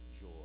joy